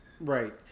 Right